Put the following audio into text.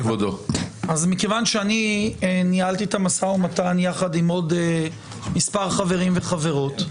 207. מכיוון שאני ניהלתי את המשא ומתן יחד עם עוד מספר חברים וחברות,